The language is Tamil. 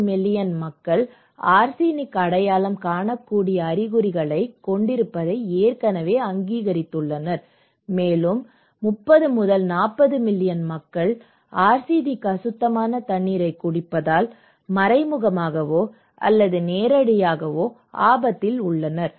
2 மில்லியன் மக்கள் ஆர்சனிக் அடையாளம் காணக்கூடிய அறிகுறிகளைக் கொண்டிருப்பதை ஏற்கனவே அங்கீகரித்துள்ளனர் மேலும் 30 முதல் 40 மில்லியன் மக்கள் ஆர்சனிக் அசுத்தமான தண்ணீரைக் குடிப்பதால் மறைமுகமாகவோ அல்லது நேரடியாகவோ ஆபத்தில் உள்ளனர்